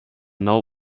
now